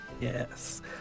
Yes